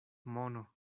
mono